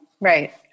Right